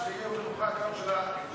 שזה יום, שמעת?